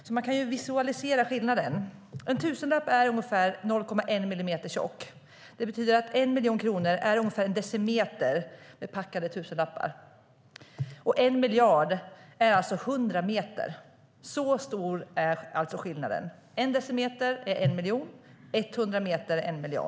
Låt oss därför visualisera skillnaden. En tusenlapp är ungefär 0,1 millimeter tjock. Det betyder att 1 miljon kronor är ungefär 1 decimeter med packade tusenlappar. En miljard är alltså 100 meter. Så stor är alltså skillnaden. 1 miljon är 1 decimeter; 1 miljard är 100 meter.